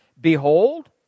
Behold